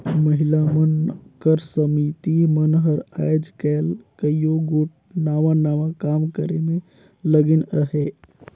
महिला मन कर समिति मन हर आएज काएल कइयो गोट नावा नावा काम करे में लगिन अहें